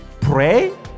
pray